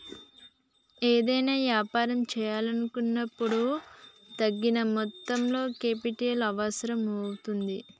ఏదైనా యాపారం చేయాలనుకున్నపుడు తగిన మొత్తంలో కేపిటల్ అవసరం అవుతుంది